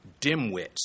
dimwits